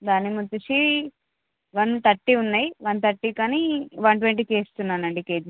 దానిమ్మ వచ్చి one thirty ఉన్నాయి వన్ థర్టీ కానీ వన్ ట్వంటీకే ఇస్తున్నానండి కేజీ